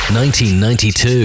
1992